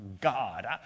God